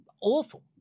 awful